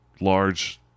large